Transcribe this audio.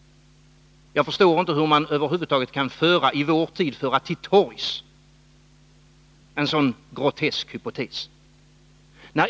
Jag förstår inte hur man i vår tid över huvud taget kan föra till torgs en sådan grotesk hypotes.